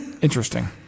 interesting